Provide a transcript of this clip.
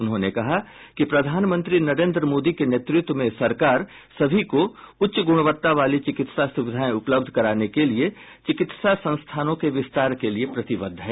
उन्होंने कहा कि प्रधानमंत्री नरेंद्र मोदी के नेतृत्व में सरकार सभी को उच्च गुणवत्ता वाली चिकित्सा सुविधाएं उपलब्ध कराने के लिए चिकित्सा संस्थानों के विस्तार के लिए प्रतिबद्ध है